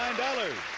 dollars.